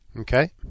Okay